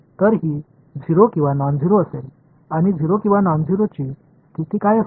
तर ही 0 किंवा नॉनझेरो असेल आणि 0 किंवा नॉनझेरोची स्थिती काय असेल